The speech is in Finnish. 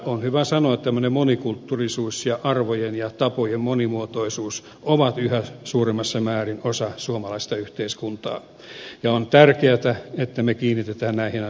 on hyvä sanoa että tämmöinen monikulttuurisuus ja arvojen ja tapojen monimuotoisuus ovat yhä suuremmassa määrin osa suomalaista yhteiskuntaa ja on tärkeätä että me kiinnitämme näihin asioihin huomiota